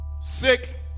sick